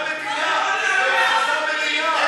הוא חזה מדינה,